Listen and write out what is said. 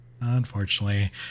Unfortunately